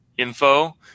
info